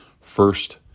First